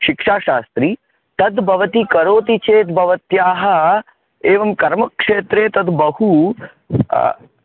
शिक्षाशास्त्रि तद् भवती करोति चेत् भवत्याः एवं कर्म क्षेत्रे तद् बहु